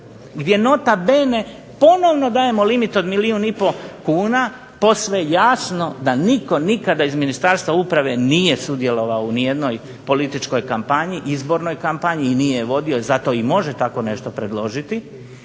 gdje nota bene ponovno dajemo limit od milijun i pol kuna posve jasno da nitko nikada iz Ministarstva uprave nije sudjelovao u nijednoj političkoj kampanji, izbornoj kampanji i nije je vodio zato i može tako nešto predložiti.